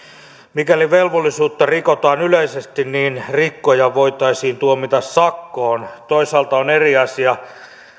mikäli velvollisuutta rikotaan yleisesti niin rikkoja voitaisiin tuomita sakkoon toisaalta on eri asia